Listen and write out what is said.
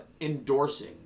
endorsing